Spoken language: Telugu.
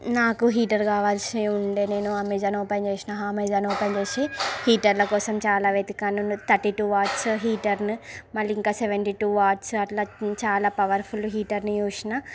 నాకు హీటర్ కావాల్సి ఉండే నేను అమేజాన్ ఓపెన్ చేసాను అమేజాన్ ఓపెన్ చేసి హీటర్ల కోసం చాలా వెతికాను థర్టీ టూ వాట్స్ హీటర్ను మళ్ళీ ఇంకా సెవెంటీ టూ వాట్స్ అట్లా చాలా పవర్ఫుల్ హీటర్ను చూసాను